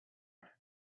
and